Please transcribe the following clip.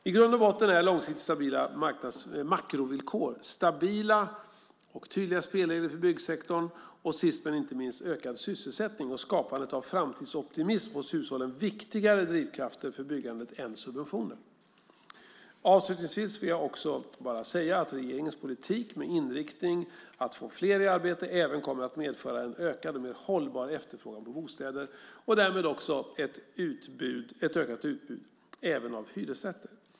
I grund och botten är långsiktigt stabila makrovillkor, stabila och tydliga spelregler för byggsektorn och sist men inte minst ökad sysselsättning och skapandet av framtidsoptimism hos hushållen viktigare drivkrafter för byggandet än subventioner. Avslutningsvis vill jag också bara säga att regeringens politik, med inriktning att få fler i arbete, även kommer att medföra en ökad och mer hållbar efterfrågan på bostäder och därmed också ett ökat utbud - även av hyresrätter.